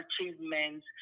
achievements